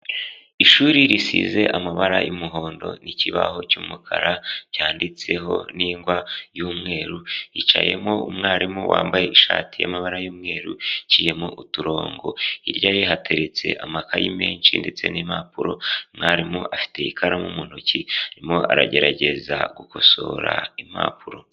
Ishuri risize amabara y'umuhondo ikibaho cy'umukara cyanditseho n'ingwa y'umweru yicayemo umwarimu wambaye ishati y'amabara y'umweru haciyemo uturongo, hirya iye hateretse amakayi menshi ndetse n'impapuro, mwarimu afite ikaramu mu ntoki arimo aragerageza gukosora impapuro.